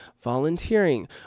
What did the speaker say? volunteering